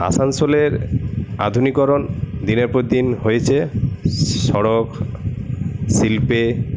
আসানসোলের আধুনিকীকরণ দিনের পর দিন হয়েছে সড়ক শিল্পে